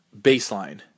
baseline